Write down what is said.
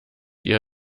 ihr